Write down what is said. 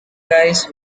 guys